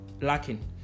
lacking